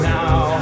now